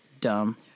dumb